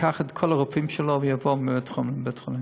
ייקח את כל הרופאים שלו ויעבור מבית-חולים לבית-חולים.